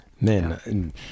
Man